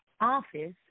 office